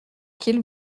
qu’il